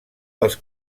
dels